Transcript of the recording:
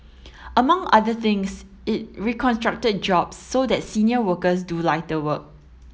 among other things it reconstructed jobs so that senior workers do lighter work